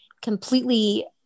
completely